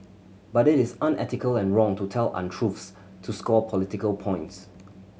but it is unethical and wrong to tell untruth to score political points